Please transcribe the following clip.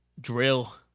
Drill